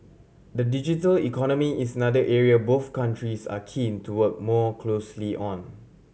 the digital economy is another area both countries are keen to work more closely on